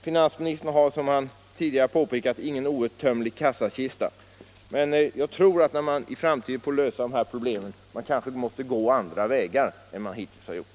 Finansministern har, som han tidigare påpekat, ingen outtömlig kassakista. Men jag tror att man, när man skall lösa dessa problem i framtiden, kanske måste gå andra vägar än man hittills har gjort.